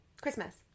Christmas